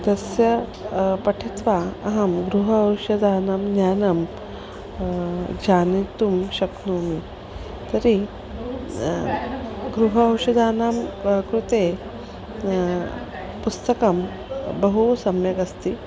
तस्य पठित्वा अहं गृह औषधानां ज्ञानं ज्ञातुं शक्नोमि तर्हि गृह औषधानां कृते पुस्तकं बहु सम्यगस्ति